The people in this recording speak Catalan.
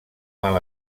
mal